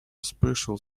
special